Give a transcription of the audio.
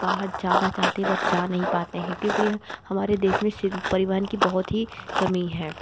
बाहर जाना चाहती हैं बट जा नहीं पाते हैं क्योंकि हमारें देश में सि परिवहन की बहुत ही कमी है